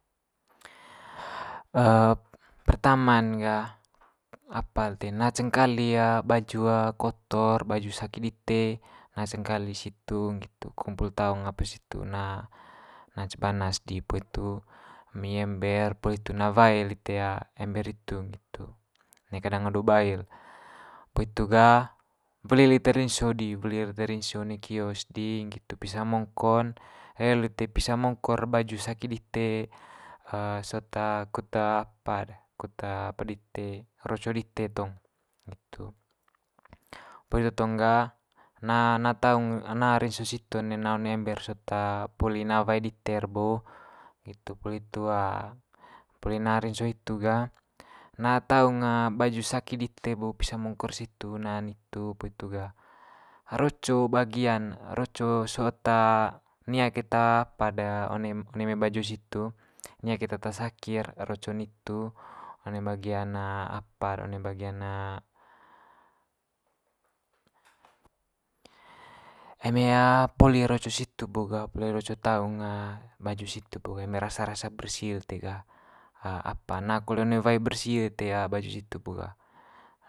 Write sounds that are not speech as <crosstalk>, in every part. <hesitation> pertama'n gah apa lite na cengkali baju kotor baju saki dite, na cengkali situ nggitu kumpul taung apa situ na na cebana's di, <unintelligible> itu emi ember poli itu na wae lite ember hitu nggitu, neka danga do bail. Poli hitu ga weli lite rinso di, weli lite rinso one kios di nggitu pisa mongko'n <unintelligible> lite pisa mongko'r baju saki dite <hesitation> sot kut apa'd kut apa dite roco dite tong nggitu. Poli itu tong ga na na taung na rinso situ one'n na one ember sot poli na wae dite'r bo nggitu. Poli itu poli na rinso hitu ga na taung baju saki dite bo pisa mongko'r situ na nitu, poli itu ga roco bagian roco sot nia keta apa'd de one one mai baju situ nia keta ata saki'r roco nitu one bagian apa'r one bagian. <noise> Eme poli roco situ bo ga poli roco taung baju situ bo ga eme rasa rasa bersi ga <hesitation> apa na kole one wae bersi lite baju situ bo ga,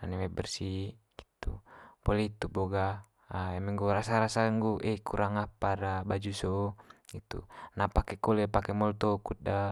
one wae bersi nggitu. Poli itu bo ga eme nggo rasa rasa nggo eh kurang apa'r baju so nggitu na pake kole pake molto kut.